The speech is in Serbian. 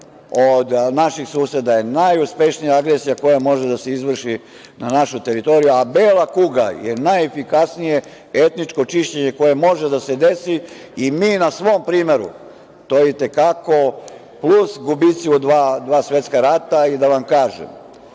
naših suseda je najuspešnija agresija koja može da se izvrši na našoj teritoriji, a bela kuga najefikasnije etničko čišćenje koje može da se deci i mi na svom primeru, to je i te kako, plus gubici u dva svetska rata. Da vam kažem